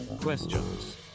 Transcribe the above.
questions